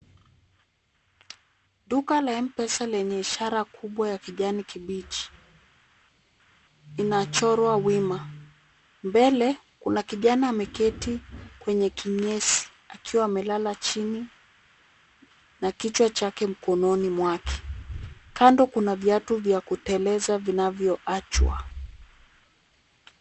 Duka la M-Pesa lenye ishara kubwa ya kijani kibichi, inachorwa wima. Mbele, kuna kijana ameketi kwenye kinyesi, akiwa amelala chini na kichwa chake mkononi mwake. Kando kuna viatu vya kuteleza vinavyoachwa.